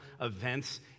events